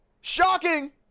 Shocking